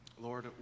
Lord